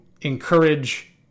encourage